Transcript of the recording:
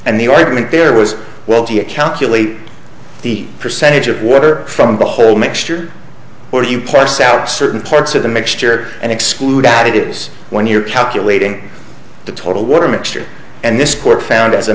and the argument there was well gee a calculated the percentage of water from the whole mixture where you parse out certain parts of the mixture and exclude additives when you're calculating the total water mixture and this court found as a